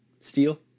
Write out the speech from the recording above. steal